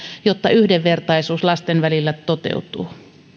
jotta yhdenvertaisuus lasten välillä toteutuu